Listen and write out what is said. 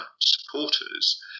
supporters